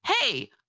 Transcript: hey